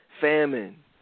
famine